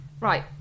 Right